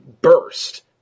burst